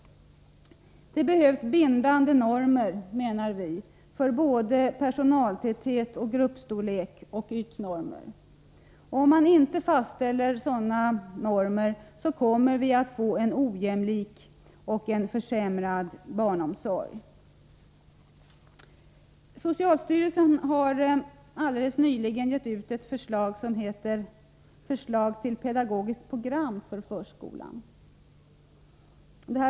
Det behövs bindande normer, menar vi, för såväl personaltäthet och gruppstorlek som ytor. Om man inte fastställer sådana normer kommer vi att få en ojämlik och försämrad barnomsorg. Socialstyrelsen har nyligen givit ut Förslag till pedagogiskt program för förskolan.